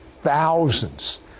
thousands